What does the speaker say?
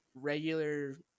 regular